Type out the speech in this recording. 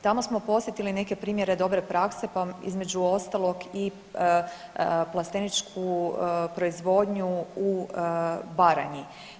Tamo smo posjetili neke primjere dobre prakse pa između ostalog i plasteničku proizvodnju u Baranji.